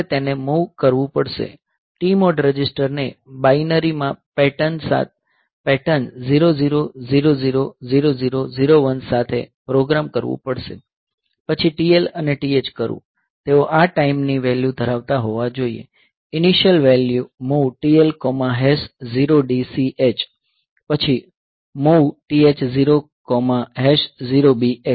તમારે તેને MOV કરવું પડશે TMOD રજિસ્ટરને બાઈનરી માં પેટર્ન 00000001 સાથે પ્રોગ્રામ કરવું પડશે પછી TL અને TH કરવું તેઓ આ ટાઈમની વેલ્યુ ધરાવતા હોવા જોઈએ ઇનીશીયલ વેલ્યુ MOV TL0DCH પછી MOV TH00BX